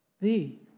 thee